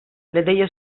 لدي